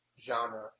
genre